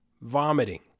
vomiting